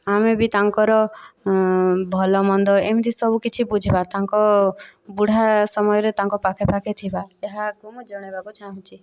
ଆମେ ବି ତାଙ୍କର ଭଲ ମନ୍ଦ ଏମିତି ସବୁକିଛି ବୁଝିବା ତାଙ୍କ ବୁଢ଼ା ସମୟରେ ତାଙ୍କ ପାଖେ ପାଖେ ଥିବା ଏହାକୁ ମୁଁ ଜଣାଇବାକୁ ଚାହୁଁଛି